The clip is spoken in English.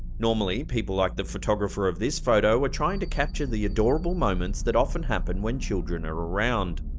normally people like the photographer of this photo were trying to capture the adorable moments that often happen when children are around.